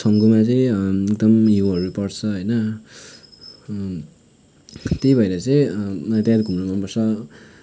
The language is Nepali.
छङ्गुमा चै एकदम हिउँहरू पर्छ होइनन त्यही भएर चाहिँ मलाई त्यहाँनिर घुम्नु मन पर्छ